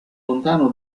lontano